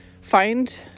find